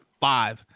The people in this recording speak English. five